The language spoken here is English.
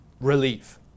relief